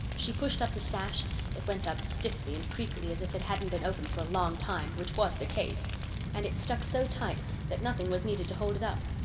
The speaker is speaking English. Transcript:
she pushed up the sash it went up stiffly and creakily, as if it hadn't been opened for a long time, which was the case and it stuck so tight that nothing was needed to hold it up.